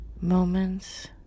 moments